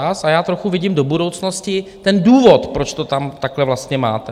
A já trochu vidím do budoucnosti ten důvod, proč to tam takhle vlastně máte.